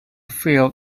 field